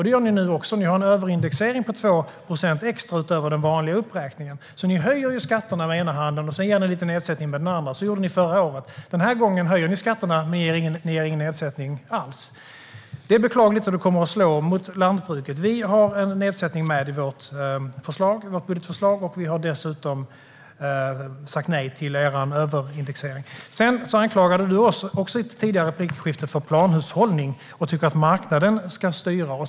Det gör ni nu också. Ni har en överindexering på 2 procent extra utöver den vanliga uppräkningen. Ni höjer ju skatterna med ena handen och genomför en liten nedsättning med andra handen. Så gjorde ni förra året. Den här gången höjer ni skatterna eftersom ni inte föreslår någon nedsättning alls. Det är beklagligt, och det kommer att slå mot lantbruket. I vårt budgetförslag har vi en nedsättning. Dessutom har vi sagt nej till er överindexering. Sedan anklagade du oss i ett tidigare replikskifte för planhushållning och tyckte att marknaden ska styra.